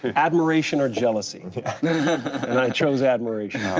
and admiration or jealousy and i chose admiration.